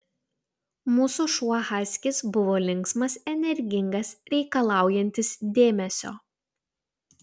mūsų šuo haskis buvo linksmas energingas reikalaujantis dėmesio